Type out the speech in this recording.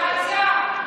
אין מוטציה?